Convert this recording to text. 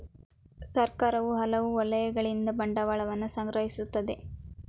ಸರ್ಕಾರ ಹಲವು ವಲಯಗಳಿಂದ ಬಂಡವಾಳವನ್ನು ಸಂಗ್ರಹಿಸುತ್ತದೆ